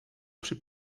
při